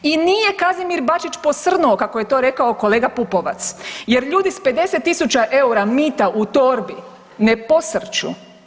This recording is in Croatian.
I nije Kazimir Bačin posrnuo kako je to rekao kolega Pupovac jer ljudi s 50.000 EUR-a mita u torbi ne posrću.